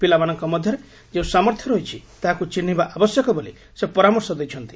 ପିଲାମାନଙ୍କ ମଧ୍ଧରେ ଯେଉଁ ସାମର୍ଥ୍ୟ ରହିଛି ତାହାକୁ ଚିହିବା ଆବଶ୍ୟକ ବୋଲି ସେ ପରାମର୍ଶ ଦେଇଛନ୍ତି